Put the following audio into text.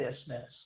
business